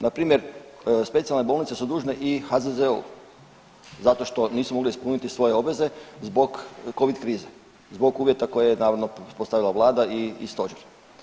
Na primjer specijalne bolnice su dužne i HZZO-u zato što nisu mogle ispuniti svoje obveze zbog covid krize, zbog uvjeta koje je naravno uspostavila Vlada i Stožer.